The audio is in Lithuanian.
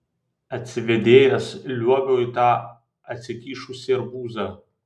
atsivėdėjęs liuobiau į tą atsikišusį arbūzą